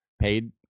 paid